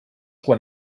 quan